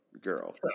girl